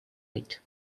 rate